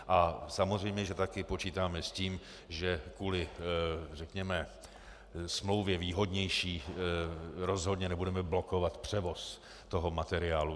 A samozřejmě že taky počítáme s tím, že kvůli, řekněme, smlouvě výhodnější rozhodně nebudeme blokovat převoz materiálu.